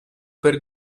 per